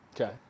Okay